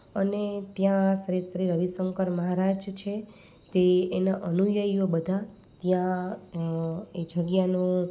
અને ત્યાં શ્રી શ્રી હરિશંકર મહારાજ છે તે એના અનુયાઈઓ બધા ત્યાં એ જગ્યાનું